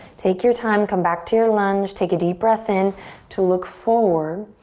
take your time, come back to your lunge. take a deep breath in to look forward.